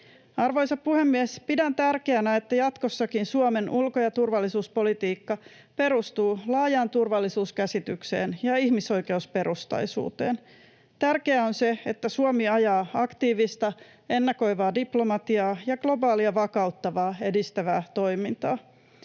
Arvoisa puhemies! Pidän tärkeänä, että jatkossakin Suomen ulko- ja turvallisuuspolitiikka perustuu laajaan turvallisuuskäsitykseen ja ihmisoikeusperustaisuuteen. Tärkeää on se, että Suomi ajaa aktiivista, ennakoivaa diplomatiaa ja globaalia vakauttavaa, edistävää toimintaa.